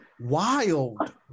wild